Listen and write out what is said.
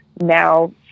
now